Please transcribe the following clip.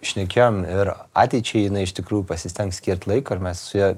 šnekėjom ir ateičiai jinai iš tikrųjų pasistengs skirt laiko ir mes su ja